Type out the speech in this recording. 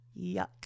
yuck